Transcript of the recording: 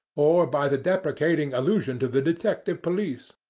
or by the depreciating allusion to the detective police.